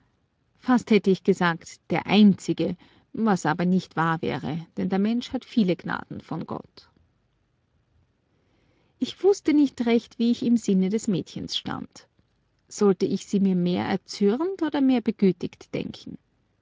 fast hätte ich gesagt der einzige was aber nicht wahr wäre denn der mensch hat viele gnaden von gott ich wußte nicht recht wie ich im sinne des mädchens stand sollte ich sie mir mehr erzürnt oder mehr begütigt denken